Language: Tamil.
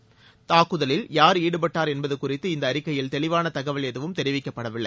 இத்தாக்குதலில் யார் ஈடுபட்டார் என்பது குறித்து இந்த அறிக்கையில் தெளிவான தகவல் எதுவும் தெரிவிக்கப்படவில்லை